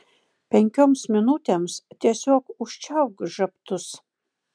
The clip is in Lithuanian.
penkioms minutėms tiesiog užčiaupk žabtus